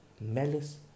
malice